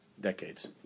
decades